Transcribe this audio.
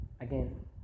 again